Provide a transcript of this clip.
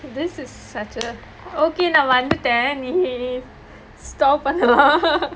this is such a okay நான் வந்துத்தே நீ:naan vanthuttae nee stop பண்ணுல்லா:pannullaa